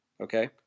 Okay